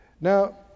Now